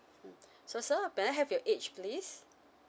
so sir may I have your age please